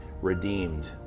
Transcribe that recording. redeemed